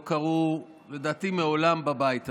ולדעתי לא קרו מעולם בבית הזה.